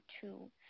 two